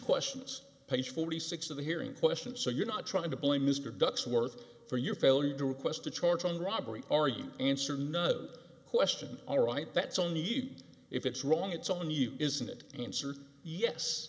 questions page forty six of the hearing questions so you're not trying to blame mr bucks worth for your failure to request a charge on robbery are you answer no question all right that's only eat if it's wrong it's on you isn't it answer yes